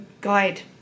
guide